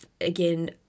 again